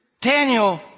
Daniel